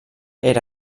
era